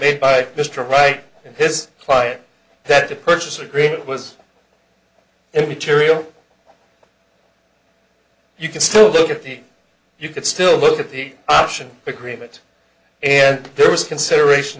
made by mr right and his client that a purchase agreement was immaterial you can still look at the you could still look at the option to cremate and there was consideration